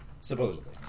Supposedly